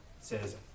says